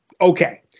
okay